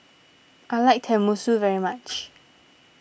I like Tenmusu very much